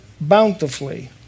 bountifully